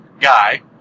guy